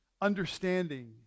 understanding